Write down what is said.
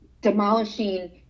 demolishing